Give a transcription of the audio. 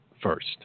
first